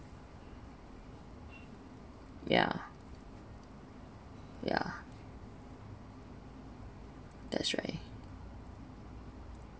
yeah yeah that's right